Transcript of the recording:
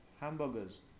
hamburgers